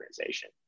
organization